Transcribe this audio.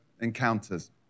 encounters